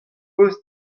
eus